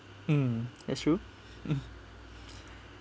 mm that's true mm